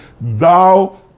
thou